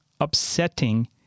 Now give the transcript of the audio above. upsetting